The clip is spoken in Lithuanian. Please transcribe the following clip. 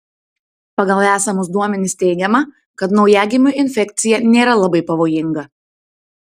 pagal esamus duomenis teigiama kad naujagimiui infekcija nėra labai pavojinga